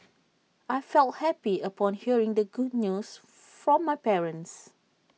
I felt happy upon hearing the good news from my parents